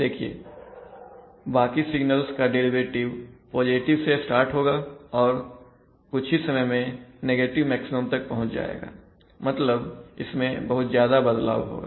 देखिए बाकी सिगनल्स का डेरिवेटिव पॉजिटिव से स्टार्ट होगा और कुछ ही समय में नेगेटिव मैक्सिमम तक पहुंच जाएगा मतलब इसमें बहुत ज्यादा बदलाव होगा